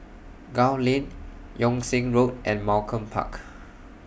Gul Lane Yung Sheng Road and Malcolm Park